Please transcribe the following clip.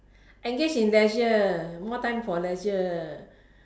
engage in leisure more time for leisure